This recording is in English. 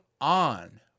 on